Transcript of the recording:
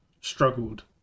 struggled